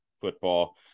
football